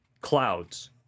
clouds